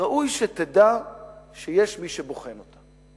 ראוי שתדע שיש מי שבוחן אותה,